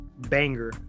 banger